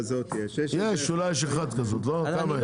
אולי יש אחת כזאת, כמה יש?